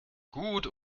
gut